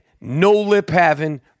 no-lip-having